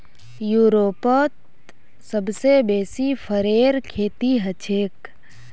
यूरोपत सबसे बेसी फरेर खेती हछेक